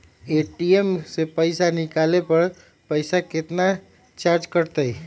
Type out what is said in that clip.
ATM से पईसा निकाले पर पईसा केतना चार्ज कटतई?